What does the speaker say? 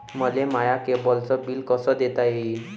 मले माया केबलचं बिल कस देता येईन?